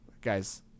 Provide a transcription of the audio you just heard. Guys